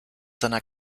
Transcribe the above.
seiner